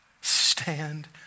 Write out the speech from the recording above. stand